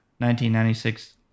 1996